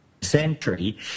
century